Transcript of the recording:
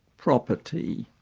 property,